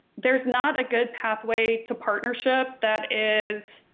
there's not a good pathway to partnership that is